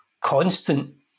constant